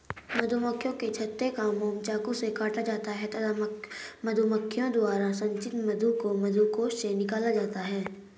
मधुमक्खियों के छत्ते का मोम चाकू से काटा जाता है तथा मधुमक्खी द्वारा संचित मधु को मधुकोश से निकाला जाता है